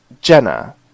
Jenna